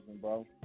bro